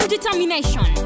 determination